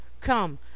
Come